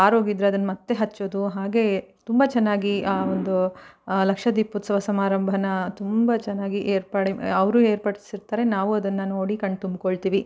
ಆರೋಗಿದ್ದರೆ ಅದನ್ನು ಮತ್ತೆ ಹಚ್ಚೋದು ಹಾಗೆ ತುಂಬ ಚೆನ್ನಾಗಿ ಆ ಒಂದು ಲಕ್ಷ ದೀಪೋತ್ಸವ ಸಮಾರಂಭನ ತುಂಬ ಚೆನ್ನಾಗಿ ಏರ್ಪಾಡು ಅವರು ಏರ್ಪಡಿಸ್ತಾರೆ ನಾವು ಅದನ್ನು ನೋಡಿ ಕಣ್ಣು ತುಂಬ್ಕೊಳ್ತೀವಿ